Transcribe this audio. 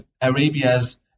Arabia's